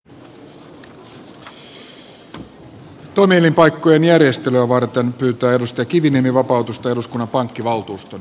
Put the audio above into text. toimielinpaikkojen järjestelyä varten pyytää mari kiviniemi vapautusta eduskunnan pankkivaltuuston jäsenyydestä